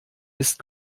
ist